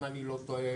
אם אני לא טועה,